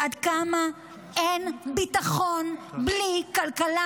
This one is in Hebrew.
עד כמה אין ביטחון בלי כלכלה,